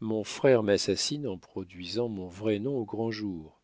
mon frère m'assassine en produisant mon vrai nom au grand jour